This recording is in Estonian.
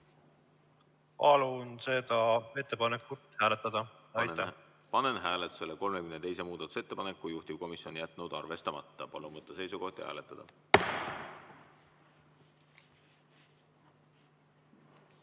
muudatusettepanekut hääletada. Panen hääletusele 33. muudatusettepaneku. Juhtivkomisjon on jätnud arvestamata. Palun võtta seisukoht ja hääletada!